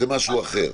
זה משהו אחר.